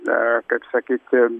a kaip sakyti